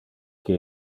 que